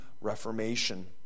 reformation